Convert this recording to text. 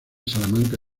salamanca